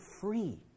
free